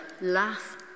laugh